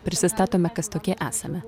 prisistatome kas tokie esame